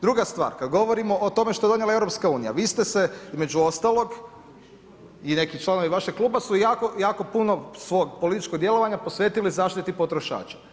Druga stvar, kad govorimo o tome što je donijela EU vi ste se između ostalog i neki članovi vašeg kluba su jako puno svog političkog djelovanja posvetili zaštiti potrošača.